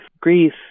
grief